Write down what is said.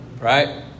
Right